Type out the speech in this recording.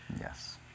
Yes